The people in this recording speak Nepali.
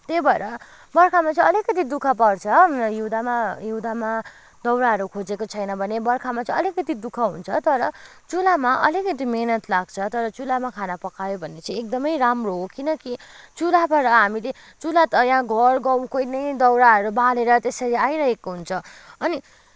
त्यही भएर बर्खामा चाहिँ अलिकति दुःख पर्छ हिउँदामा हिउँदामा दाउराहरू खोजेको छैन भने बर्खामा चाहिँ अलिकति दुःख हुन्छ तर चुलोमा अलिकति मिहिनेत लाग्छ तर चुलोमा खाना पकायो भने चाहिँ एकदमै राम्रो हो किनकि चुलोबाट हामीले चुलोमा त घर गाउँको नै दाउराहरू बालेर त्यसरी आइरहेको हुन्छ